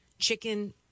chicken